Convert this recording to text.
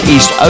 East